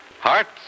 Hearts